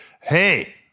Hey